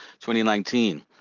2019